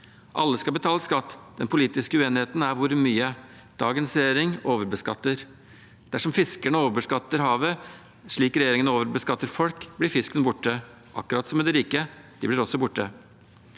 Alle skal betale skatt. Den politiske uenigheten er hvor mye skatt. Dagens regjering overbeskatter. Dersom fiskerne overbeskatter havet, slik regjeringen overbeskatter folk, blir fisken borte – akkurat som med de rike, de blir også borte.